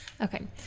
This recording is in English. Okay